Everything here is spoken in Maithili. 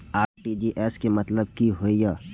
आर.टी.जी.एस के मतलब की होय ये?